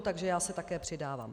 Takže já se také přidávám.